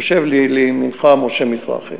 יושב לימינך משה מזרחי